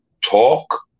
talk